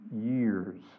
years